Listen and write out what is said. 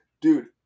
Dude